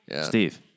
Steve